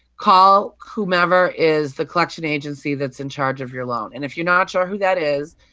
call whomever is the collection agency that's in charge of your loan. and if you're not sure who that is,